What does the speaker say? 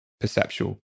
perceptual